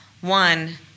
one